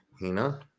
Hina